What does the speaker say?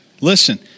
Listen